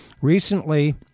recently